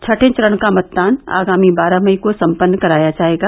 छठें चरण का मतदान आगामी बारह मई को सम्पन्न कराया जायेगा